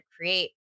create